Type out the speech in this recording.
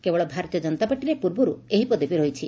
କେବଳ ଭାରତୀୟ ଜନତା ପାର୍ଟିରେ ପ୍ରବ୍ରରୁ ଏହି ପଦବୀ ରହିଛି